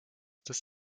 des